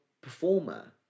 performer